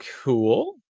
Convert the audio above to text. cool